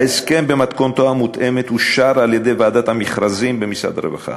ההסכם במתכונתו המותאמת אושר על-ידי ועדת המכרזים במשרד הרווחה,